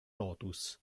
lotus